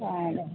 ആണോ